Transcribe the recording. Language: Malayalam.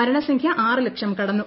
മരണസംഖ്യ ആറു ലക്ഷം കടന്നു